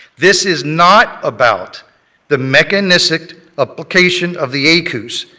this is not about the mechanistic application of the aicuz,